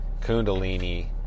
kundalini